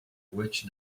witch